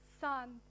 son